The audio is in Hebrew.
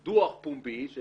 להוציא דוח פומבי של